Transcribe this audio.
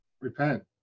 Repent